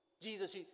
Jesus